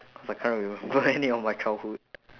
cause I can't remember any of my childhood